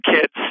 kids